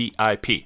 VIP